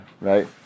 Right